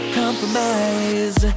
compromise